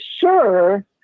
sure